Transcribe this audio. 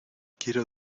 quiero